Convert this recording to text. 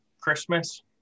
Christmas